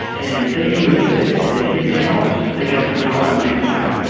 and they enlisted his help against the ottoman empire.